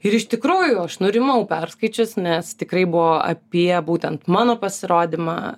ir iš tikrųjų aš nurimau perskaičius nes tikrai buvo apie būtent mano pasirodymą